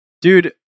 dude